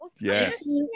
yes